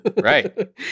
Right